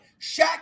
Shaq